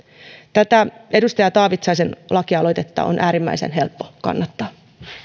tätä edustaja taavitsaisen lakialoitetta on äärimmäisen helppo kannattaa